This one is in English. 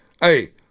Hey